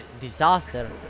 disaster